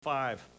five